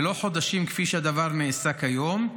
ולא חודשים כפי שהדבר נעשה כיום,